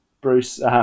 Bruce